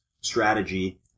strategy